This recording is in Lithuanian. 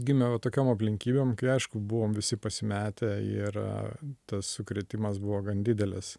gimė va tokiom aplinkybėm kai aišku buvom visi pasimetę ir tas sukrėtimas buvo gan didelis